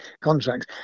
contracts